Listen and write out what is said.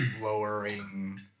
lowering